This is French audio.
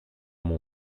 mon